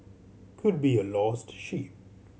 could be a lost sheep